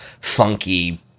funky